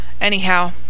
Anyhow